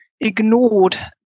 ignored